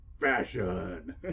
fashion